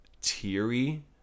Teary